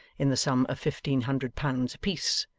in the sum of fifteen hundred pounds a-piece,